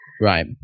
Right